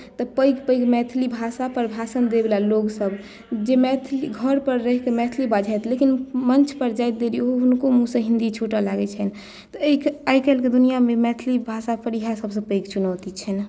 तऽ पैघ पैघ मैथिली भाषापर भाषण दयवला लोकसभ जे मैथिली घरपर रहि कऽ मैथिली बाजैत छथि लेकिन मञ्चपर जाइत देरी हुनको मुँहसँ हिन्दी छुटय लागैत छनि तऽ आइ काल्हिके दुनिआँमे मैथिली भाषापर इएह सभसँ पैघ चुनौती छलए